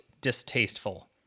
distasteful